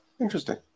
Interesting